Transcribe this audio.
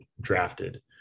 drafted